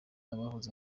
abahoze